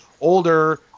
older